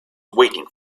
waiting